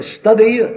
study